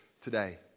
today